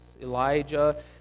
Elijah